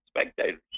spectators